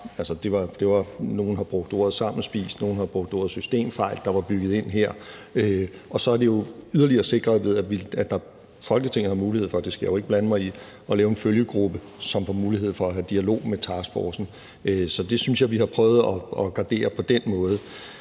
nogle har brugt ordet sammenspist, nogen har brugt ordet systemfejl, der var bygget ind. Så er det jo yderligere sikret ved, at Folketinget har mulighed for – det skal jeg jo ikke blande mig i – at lave en følgegruppe, som får mulighed for at have dialog med taskforcen. Så det synes jeg vi har prøvet at gardere på den måde.